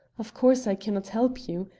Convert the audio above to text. of course i cannot help you.